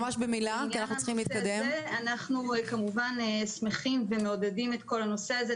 אנחנו כמובן שמחים ומעודדים את כל הנושא הזה.